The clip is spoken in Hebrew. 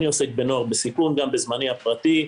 אני עוסק עם נוער בסיכון גם בזמני הפרטי,